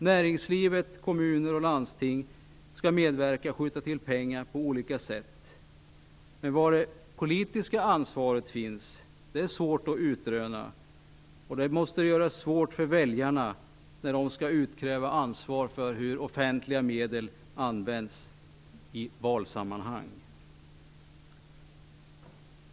Näringslivet, kommuner och landsting skall medverka och skjuta till pengar på olika sätt, men det är svårt att utröna var det politiska ansvaret finns. Det måste göra det svårt för väljarna när de i valsammanhang skall utkräva ansvar för hur offentliga medel används.